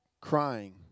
crying